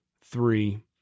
three